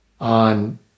on